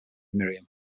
miriam